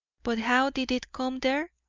but how did it come there?